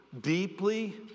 deeply